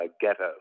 ghetto